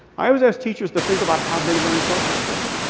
i always ask teachers to think about how they learned social skills.